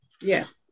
Yes